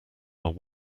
are